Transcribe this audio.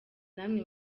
namwe